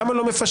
למה לא מפשרים,